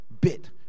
bit